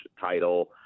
title